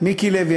מיקי לוי,